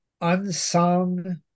unsung